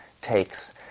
takes